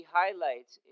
highlights